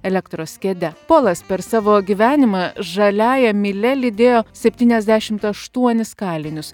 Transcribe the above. elektros kėde polas per savo gyvenimą žaliąja mylia lydėjo septyniasdešimt aštuonis kalinius